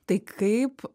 tai kaip